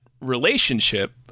relationship